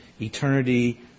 eternity